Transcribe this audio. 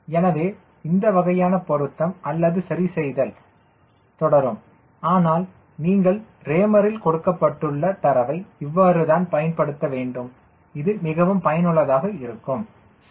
எனவே இந்த வகையான பொருத்தம் அல்லது சரிசெய்தல் தொடரும் ஆனால் நீங்கள் ரேமரில் கொடுக்கப்பட்டுள்ள தரவை இவ்வாறு தான் பயன்படுத்த வேண்டும் இது மிகவும் பயனுள்ளதாக இருக்கும் சரி